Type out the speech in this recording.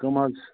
کٕم حظ چھِ